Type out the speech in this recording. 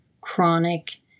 chronic